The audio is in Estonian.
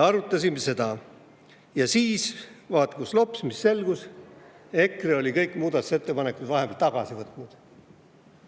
arutasime seda, ja siis – vaat kus lops! – selgus, et EKRE oli kõik muudatusettepanekud vahepeal tagasi võtnud.